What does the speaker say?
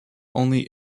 only